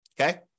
okay